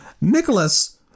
Nicholas